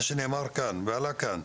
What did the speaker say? מה שעלה כאן,